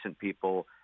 people